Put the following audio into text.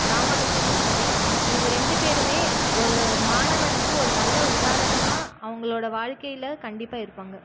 ராமானுஜமும் சரி இவங்க ரெண்டு பேருமே ஒரு மாணவனுக்கு ஒரு நல்ல உதாரணமாக அவங்களோட வாழ்க்கையில் கண்டிப்பாக இருப்பாங்க